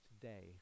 today